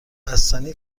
بستنی